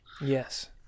Yes